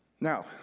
Now